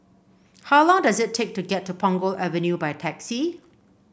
how long does it take to get to Punggol Avenue by taxi